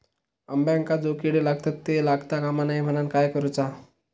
अंब्यांका जो किडे लागतत ते लागता कमा नये म्हनाण काय करूचा?